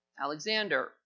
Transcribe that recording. Alexander